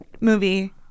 movie